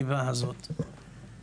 ב-2009 הייתה המסקנות של וועדת גולדברג,